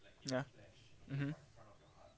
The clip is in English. ya mmhmm